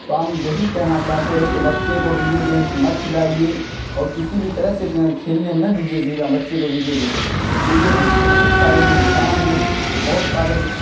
تو ہم یہی کہنا چاہتے ہیں کہ بچے کو ویڈیو گیمس مت کھلائیے اور کسی بھی طرح سے کھیلنے نہ دیجیے بچے کو ویڈیو گیمس ویڈیو گیم سے بہت سارے نقصان ہیں بہت سارے